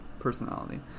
personality